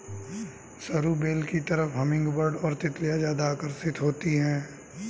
सरू बेल की तरफ हमिंगबर्ड और तितलियां ज्यादा आकर्षित होती हैं